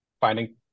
finding